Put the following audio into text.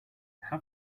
how